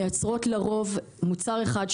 מייצרות לרוב מוצר אחד,